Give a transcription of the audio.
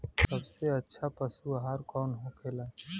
सबसे अच्छा पशु आहार कौन होखेला?